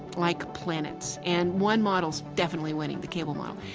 like planets. and one model's definitely winning the cable model.